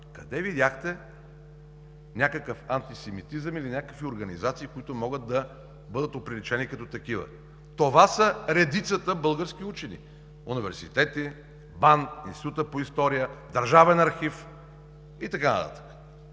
Къде видяхте някакъв антисемитизъм или някакви организации, които могат да бъдат оприличени като такива? Това са редицата български учени – университети, БАН, Институтът по история, Държавен архив и така нататък.